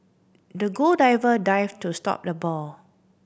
the dived to stop the ball